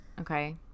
Okay